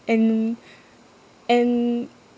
and and